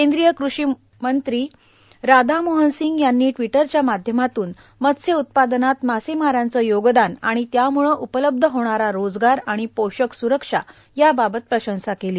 केंद्रीय कृषीमंत्री राधामोहन सिंग यांनी ट्विटरच्या माध्यमातून मस्त्यउत्पादनात मासेमारांचं योगदान आणि त्याम्ळं उपलब्ध होणारा रोजगार आणि पोषक स्रक्षा याबाबत प्रशंसा केली